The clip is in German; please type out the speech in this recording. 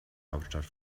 hauptstadt